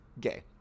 Gay